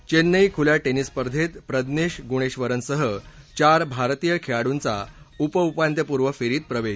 चेन्नई खुल्या टेनिस स्पर्धेत प्रज्ञेश गुणेश्वरनसह चार भारतीय खेळाडूंचा उपउपांत्यपूर्व फेरीत प्रवेश